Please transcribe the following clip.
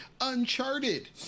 Uncharted